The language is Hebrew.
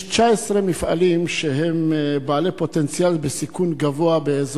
באזור המפרץ יש 19 מפעלים שהם בעלי פוטנציאל סיכון גבוה.